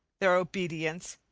their obedience,